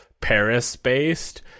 Paris-based